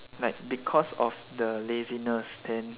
like because of the laziness and